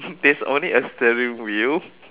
there's only a steering wheel